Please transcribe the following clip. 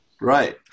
Right